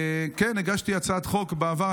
הגשתי הצעת חוק בעבר,